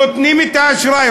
נותנים את האשראי,